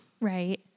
Right